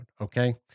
Okay